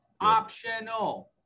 optional